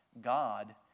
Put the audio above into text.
God